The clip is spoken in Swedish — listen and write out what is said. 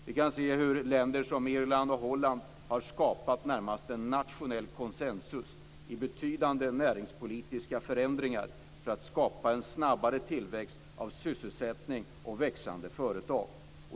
Vi kan se hur länder som Irland och Holland har skapat en närmast nationell konsensus i betydande näringspolitiska förändringar för att skapa en snabbare tillväxt av sysselsättning och växande företag.